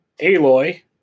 Aloy